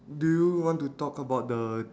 do you want to talk about the